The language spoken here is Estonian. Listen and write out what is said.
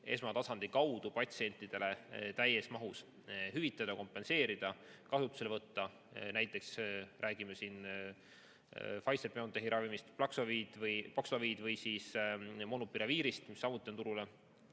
esmatasandi kaudu patsientidele täies mahus hüvitada, kompenseerida, kasutusele võtta. Näiteks räägime siin Pfizer-BioNTechi ravimist Paxlovid või Molnupiravirist, mis samuti on turule